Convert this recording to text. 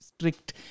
strict